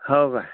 हो काय